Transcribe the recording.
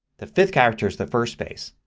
the fifth character is the first space,